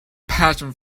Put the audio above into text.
passion